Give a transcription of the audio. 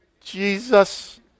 Jesus